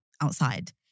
Outside